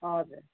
हजुर